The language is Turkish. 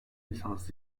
lisans